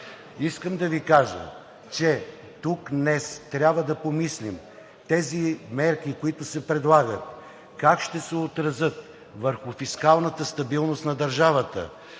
Искам да Ви кажа, че тук днес трябва да помислим тези мерки, които се предлагат как ще се отразят върху фискалната стабилност на държавата,